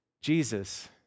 Jesus